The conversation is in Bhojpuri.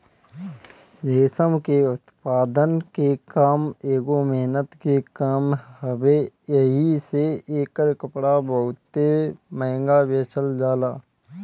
रेशम के उत्पादन के काम एगो मेहनत के काम हवे एही से एकर कपड़ा बहुते महंग बेचल जाला